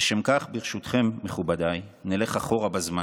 לשם כך, ברשותכם, מכובדיי, נלך אחורה בזמן,